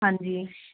ਹਾਂਜੀ